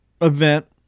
event